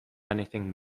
anything